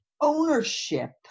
ownership